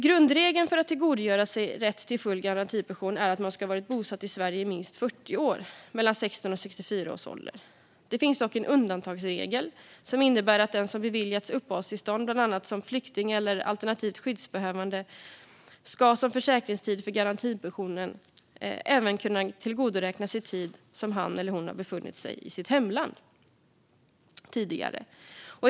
Grundregeln för att tillgodogöra sig rätt till full garantipension är att man ska ha varit bosatt i Sverige i minst 40 år mellan 16 och 64 års ålder. Det finns dock en undantagsregel som innebär att den som beviljats uppehållstillstånd som till exempel flykting eller alternativt skyddsbehövande som försäkringstid för garantipensionen även ska kunna tillgodoräkna sig tid som han eller hon har befunnit sig i sitt tidigare hemland.